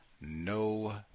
No